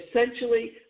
essentially